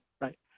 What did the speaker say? right